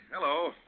Hello